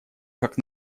как